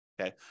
okay